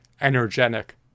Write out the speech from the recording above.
energetic